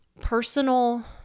personal